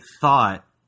thought